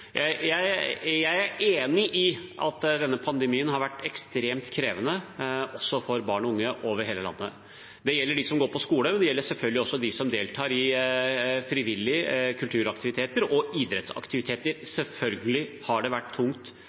Jeg er enig i at denne pandemien har vært ekstremt krevende, også for barn og unge over hele landet. Det gjelder de som går på skole, men det gjelder selvfølgelig også de som deltar i frivillige kulturaktiviteter og idrettsaktiviteter. Selvfølgelig har det vært tungt